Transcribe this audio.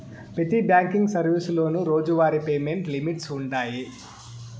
పెతి బ్యాంకింగ్ సర్వీసులోనూ రోజువారీ పేమెంట్ లిమిట్స్ వుండాయి